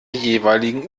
jeweiligen